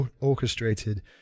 orchestrated